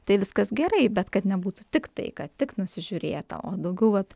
tai viskas gerai bet kad nebūtų tiktai kad tik nusižiūrėta o daugiau vat